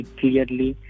clearly